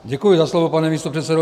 Děkuji za slovo, pane místopředsedo.